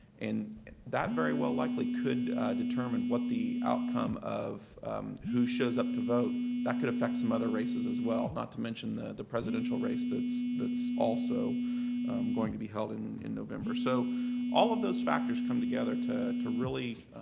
that very well likely could determine what the outcome of who shows up to vote, that could affect some other races as well, not to mention the the presidential race that's that's also going to be held in in november. so all of those factors come together to to really